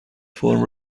فرم